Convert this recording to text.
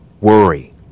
worry